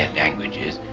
and languages,